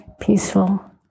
peaceful